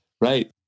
right